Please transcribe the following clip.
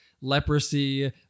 leprosy